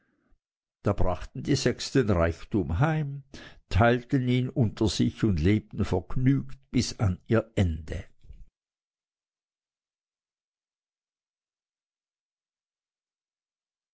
da brachten die sechs den reichtum heim teilten ihn unter sich und lebten vergnügt bis an ihr ende